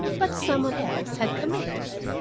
but some one else had committed it.